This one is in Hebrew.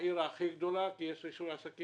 העיר הגדולה ביותר כי יש שם רישוי עסקים